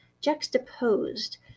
juxtaposed